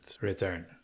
return